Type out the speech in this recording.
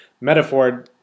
metaphor